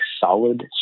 solid